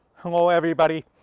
hello everybody!